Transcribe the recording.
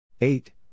Eight